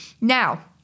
Now